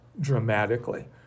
dramatically